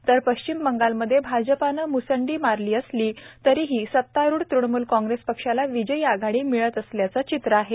तर पश्चिम बंगालमध्य भाजपाने म्संडी मारली असली तरीही सत्तारुढ तृणमूल काँग्रेस पक्षाला विजयी आघाडी मिळत असल्याचं चित्र आहे